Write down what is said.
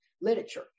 literature